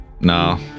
No